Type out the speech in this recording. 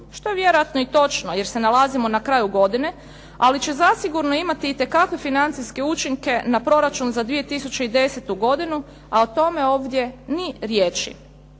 što je vjerojatno i točno jer se nalazimo na kraju godine. Ali će zasigurno imati itekakve financijske učinke na Proračun za 2010. godinu a o tome ovdje ni riječi.